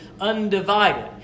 Undivided